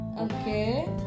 Okay